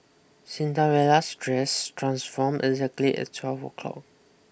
Cinderella's dress transformed exactly at twelve o'clock